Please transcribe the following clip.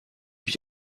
wie